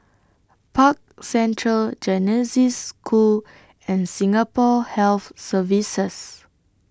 Park Central Genesis School and Singapore Health Services